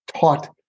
taught